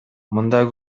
мында